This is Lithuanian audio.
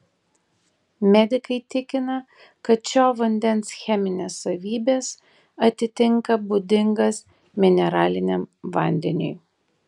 medikai tikina kad šio vandens cheminės savybės atitinka būdingas mineraliniam vandeniui